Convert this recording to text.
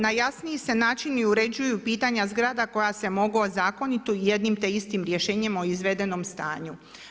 Na jasniji se način uređuju i pitanja zgrada koja se mogu ozakoniti jednim te istim rješenjem o izvedenom stanju.